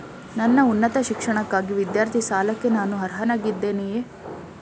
ನನ್ನ ಉನ್ನತ ಶಿಕ್ಷಣಕ್ಕಾಗಿ ವಿದ್ಯಾರ್ಥಿ ಸಾಲಕ್ಕೆ ನಾನು ಅರ್ಹನಾಗಿದ್ದೇನೆಯೇ?